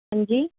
ہاں جی